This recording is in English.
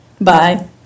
Bye